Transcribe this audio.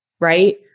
right